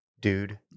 dude